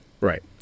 Right